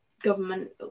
government